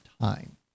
time